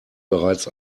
bereits